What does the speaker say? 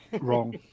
wrong